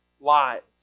lives